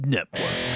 Network